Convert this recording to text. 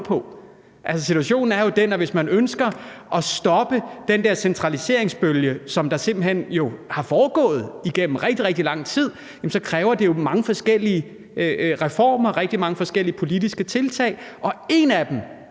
på. Situationen er jo den, at hvis man ønsker at stoppe den der centraliseringsbølge, som simpelt hen er foregået igennem rigtig, rigtig lang tid, så kræver det jo mange forskellige reformer, rigtig mange forskellige politiske tiltag, og et af dem